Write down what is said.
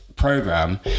program